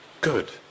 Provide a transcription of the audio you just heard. good